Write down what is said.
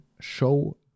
show